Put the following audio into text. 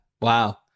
Wow